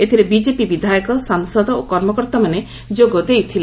ଏଥିରେ ବିଜେପି ବିଧାୟକ ସାଂସଦ ଓ କର୍ମକର୍ତ୍ତାମାନେ ଯୋଗଦେଇଥିଲେ